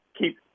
Keep